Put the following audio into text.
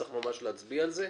צריך ממש להצביע על זה?